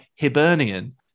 Hibernian